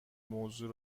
موضوع